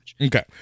okay